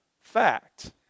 fact